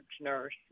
nurse